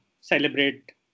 celebrate